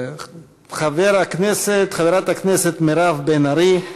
חברת הכנסת מירב בן ארי,